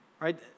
Right